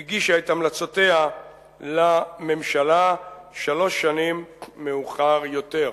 והיא הגישה את המלצותיה לממשלה שלוש שנים מאוחר יותר.